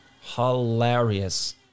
hilarious